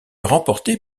remportée